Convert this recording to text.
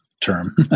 term